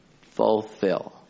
fulfill